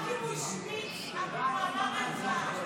רק אם הוא השמיץ ואמר עליך משהו רע.